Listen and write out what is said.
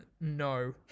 no